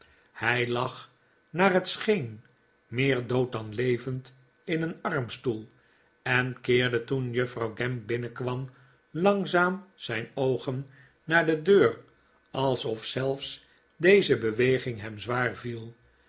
hij lag naar het scheen meer dood dan levend in een armstoel en keerde toen juffrouw gamp binnenkwam langzaam zijn oogen naar de deur alsof zelfs deze beweging hem zwaar viel